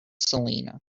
selena